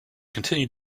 continue